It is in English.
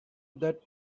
that